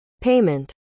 Payment